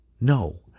No